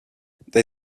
they